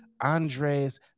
Andres